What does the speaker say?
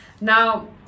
Now